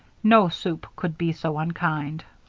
no soup could be so unkind.